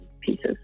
pieces